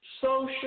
social